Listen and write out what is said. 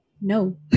no